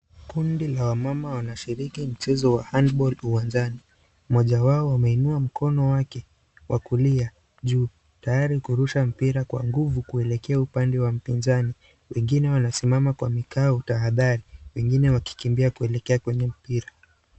Kundi la wamama wanashiriki mchezo wa handball uwanjani. Mmoja wao ameinua mkono wake wa kulia juu tayari kurusha mpira kwa nguvu kuelekea upande wa mpinzani. Wengine wanasimama kwa mikao tahadhari, wengine wakikimbia kuelekea kwenye mpira.